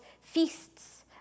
feasts